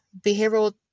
behavioral